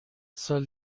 سال